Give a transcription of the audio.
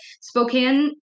Spokane